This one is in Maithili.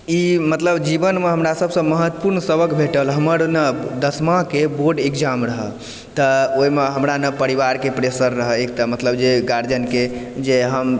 ई मतलब जीवनमे हमरा सबसे महत्वपूर्ण सबक़ भेटल हमर न दसमा के बोर्ड इग्ज़ैम रहय तऽ ओहिमे ने हमरा ने परिवार के प्रेसर रहय एक तऽ मतलब जे गारजियनके जे हम